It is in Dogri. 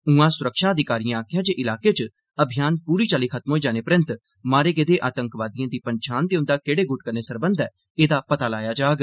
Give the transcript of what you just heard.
उआं सुरक्षा अधिकारिएं आखेआ ऐ जे इलाके च अभियान पूरी चाल्ली खत्म होई जाने परैन्त मारे गेदे आतंकवादिए दी पन्छान ते उंदा केहड़े गुट कन्नै सरबंध हा एह्दा पता लाया जाग